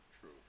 True